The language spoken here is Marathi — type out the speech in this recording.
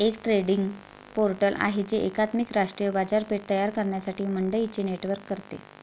एक ट्रेडिंग पोर्टल आहे जे एकात्मिक राष्ट्रीय बाजारपेठ तयार करण्यासाठी मंडईंचे नेटवर्क करते